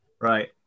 Right